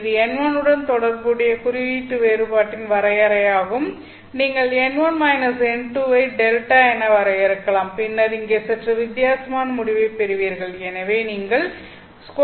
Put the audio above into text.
இது n1 உடன் தொடர்புடைய குறியீட்டு வேறுபாட்டின் வரையறையாகும் நீங்கள் n1 n2 ஐ Δ என வரையறுக்கலாம் பின்னர் இங்கே சற்று வித்தியாசமான முடிவைப் பெறுவீர்கள் எனவே நீங்கள் √2n1